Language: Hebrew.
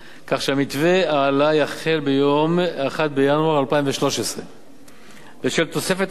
כך שמתווה ההעלאה יחל ביום 1 בינואר 2013. בשל תוספת ההכנסה